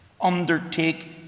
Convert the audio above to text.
Undertake